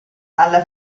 alla